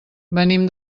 venim